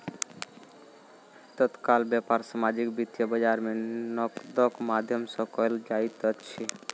तत्काल व्यापार सामाजिक वित्तीय बजार में नकदक माध्यम सॅ कयल जाइत अछि